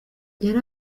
yari